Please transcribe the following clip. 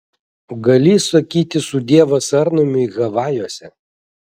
gali sakyti sudie vasarnamiui havajuose